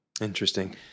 Interesting